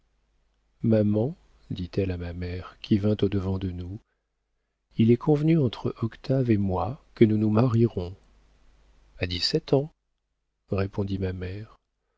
maman dit-elle à ma mère qui vint au-devant de nous il est convenu entre octave et moi que nous nous marierons a dix-sept ans répondit ma mère